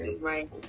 right